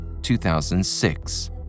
2006